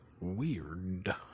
weird